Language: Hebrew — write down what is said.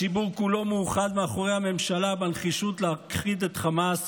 הציבור כולו מאוחד מאחורי הממשלה בנחישות להכחיד את חמאס